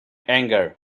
anger